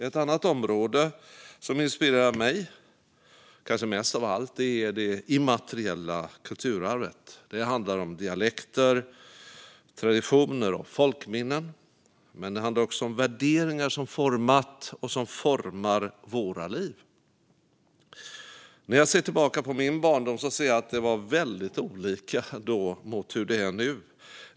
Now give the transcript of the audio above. Ett annat område som kanske inspirerar mig mest av allt är det immateriella kulturarvet. Det handlar om dialekter, traditioner och folkminnen, men det handlar också om de värderingar som format och formar våra liv. När jag ser tillbaka på min barndom ser jag att det var väldigt olika då jämfört med nu.